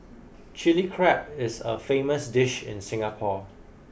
chilli crab is a famous dish in Singapore